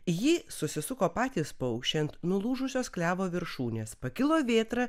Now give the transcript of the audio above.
jį susisuko patys paukščiai ant nulūžusios klevo viršūnės pakilo vėtra